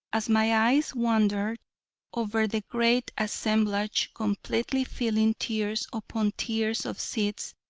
as my eyes wandered over the great assemblage completely filling tiers upon tiers of seats,